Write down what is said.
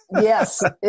Yes